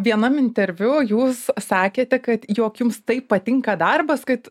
vienam interviu jūs sakėte kad jog jums taip patinka darbas kad